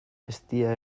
eztia